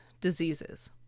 diseases